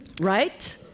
Right